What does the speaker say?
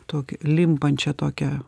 tokį limpančią tokią